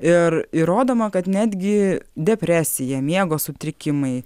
ir įrodoma kad netgi depresija miego sutrikimai